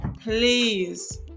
Please